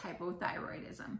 hypothyroidism